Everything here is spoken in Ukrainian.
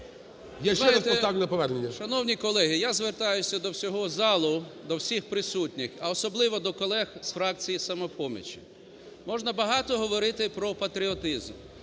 Шановні колеги! Я звертаюсь до всього залу, до всіх присутніх, а особливо до колег з фракції "Самопомочі". Можна багато говорити про патріотизм,